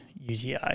UTI